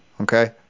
Okay